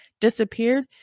disappeared